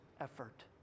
effort